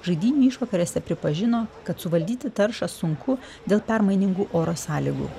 žaidynių išvakarėse pripažino kad suvaldyti taršą sunku dėl permainingų oro sąlygų